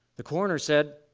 the coroner said,